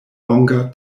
longa